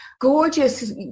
gorgeous